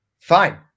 fine